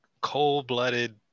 cold-blooded